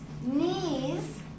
knees